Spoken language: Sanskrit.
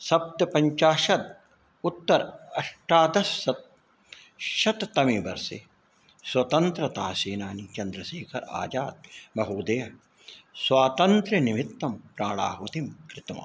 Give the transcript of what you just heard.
सप्तपञ्चाशत् उत्तर अष्टादशशत शततमे वर्षे स्वतन्त्रतासेनानिचन्द्रशेखर आजाद् महोदयः स्वातन्त्र्यनिमित्तं प्राणाहुतिं कृतवान्